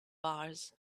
bars